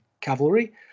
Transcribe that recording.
cavalry